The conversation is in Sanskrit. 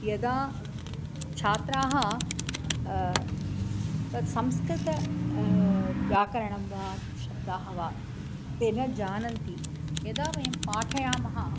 यदा छात्राः तत् संस्कृतव्याकरणं वा शब्दाः वा ते न जानन्ति यदा वयं पाठयामः